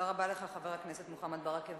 תודה רבה לך, חבר הכנסת מוחמד ברכה.